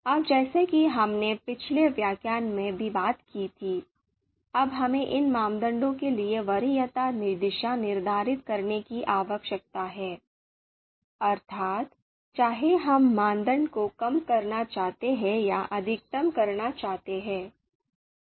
अब जैसा कि हमने पिछले व्याख्यान में बात की थी अब हमें इन मानदंडों के लिए वरीयता दिशा निर्धारित करने की आवश्यकता है अर्थात् चाहे हम मानदंड को कम करना चाहते हैं या अधिकतम करना चाहते हैं